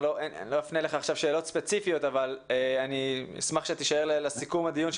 אני לא אפנה אליך עכשיו שאלות ספציפיות אבל אשמח אם תישאר לסיכום הדיון.